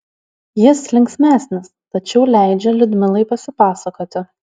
jis linksmesnis tačiau leidžia liudmilai pasipasakoti